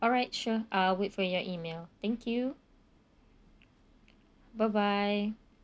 alright sure I'll wait for your email thank you bye bye